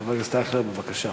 חבר הכנסת אייכלר, בבקשה.